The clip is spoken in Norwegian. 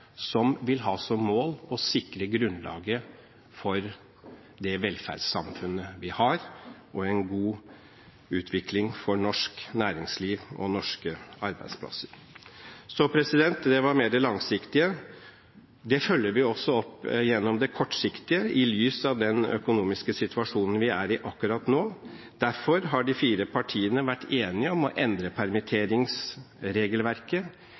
som vil ha som mål å sikre grunnlaget for det velferdssamfunnet vi har og en god utvikling for norsk næringsliv og norske arbeidsplasser. Det var mer det langsiktige. Det følger vi også opp gjennom det kortsiktige, i lys av den økonomiske situasjonen vi er i akkurat nå. Derfor har de fire partiene vært enige om å endre permitteringsregelverket.